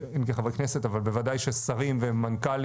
אם כחברי כנסת אבל בוודאי ששרים ומנכ"לים